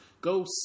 Go